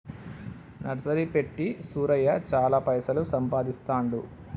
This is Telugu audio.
నర్సరీ పెట్టి సూరయ్య చాల పైసలు సంపాదిస్తాండు